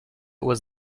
was